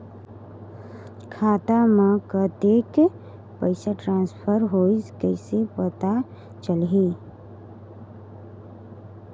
खाता म कतेक पइसा ट्रांसफर होईस कइसे पता चलही?